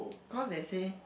cause they say